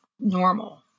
normal